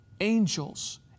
angels